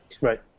Right